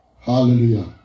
Hallelujah